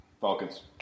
Falcons